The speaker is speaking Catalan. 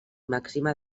màxima